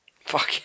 Fuck